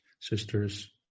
Sisters